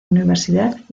universidad